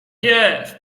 jest